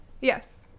Yes